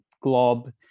Glob